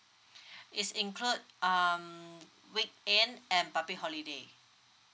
it's include um weekend and public holiday